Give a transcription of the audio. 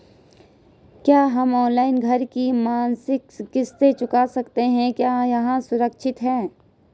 क्या हम ऑनलाइन घर की मासिक किश्त चुका सकते हैं क्या यह सुरक्षित है?